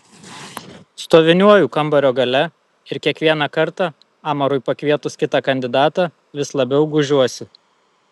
stoviniuoju kambario gale ir kiekvieną kartą amarui pakvietus kitą kandidatą vis labiau gūžiuosi